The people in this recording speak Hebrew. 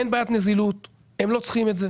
אין בעיית נזילות, הם לא צריכים את זה.